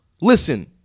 Listen